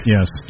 Yes